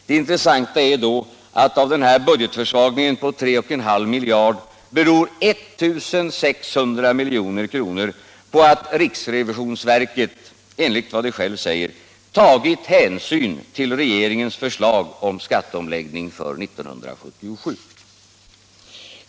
Det intressanta är då att av denna budgetförsvagning på 3,5 miljarder beror 1 600 milj.kr. på att riksrevisionsverket enligt vad verket självt säger ”tagit hänsyn till regeringens förslag om skatteomläggning för 1977”.